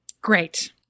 Great